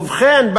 ובכן,